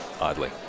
Oddly